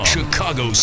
Chicago